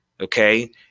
Okay